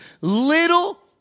little